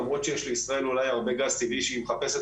למרות שיש לישראל אולי הרבה גז טבעי שהיא מחפשת